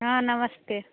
हाँ नमस्ते